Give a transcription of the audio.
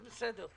זה בסדר,